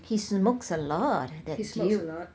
he smokes a lot that dude